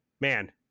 man